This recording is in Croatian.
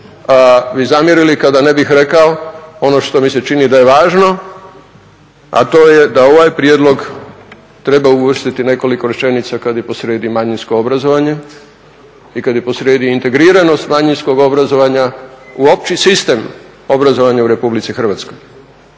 zamjerili kada ne bih rekao ono što mi se čini da je važno, a to je da u ovaj prijedlog treba uvrstiti nekoliko rečenica kad je posrijedi manjinsko obrazovanje i kad je posrijedi integriranost manjinskog obrazovanja u opći sistem obrazovanja u Republici Hrvatskoj.